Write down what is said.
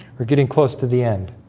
we're getting close to the end